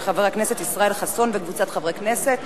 של חבר הכנסת ישראל חסון וקבוצת חברי הכנסת.